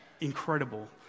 incredible